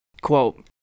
quote